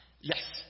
yes